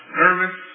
nervous